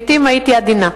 אמרתי לעתים והייתי עדינה,